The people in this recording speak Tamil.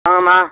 வாங்கம்மா